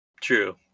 True